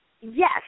Yes